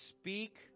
speak